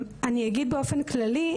אני אגיד באופן כללי,